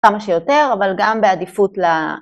כמה שיותר, אבל גם בעדיפות ל...